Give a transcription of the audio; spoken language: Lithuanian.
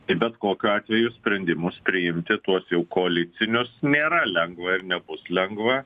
tai bet kokiu atveju sprendimus priimti tuos jau koalicinius nėra lengva ir nebus lengva